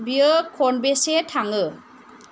बेयो खनबेसे थाङो